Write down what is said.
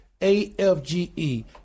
AFGE